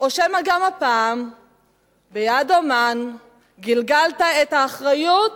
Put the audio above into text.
או שמא גם הפעם ביד אמן גלגלת את האחריות